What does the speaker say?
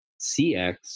CX